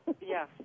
Yes